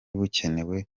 bukenewe